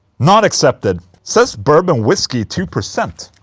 not accepted. says bourbon whiskey two percent